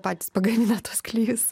patys pagamina tuos klijus